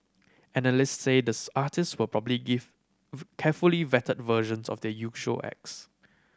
analysts says the artist will probably give carefully vetted versions of their usual acts